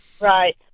right